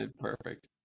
Perfect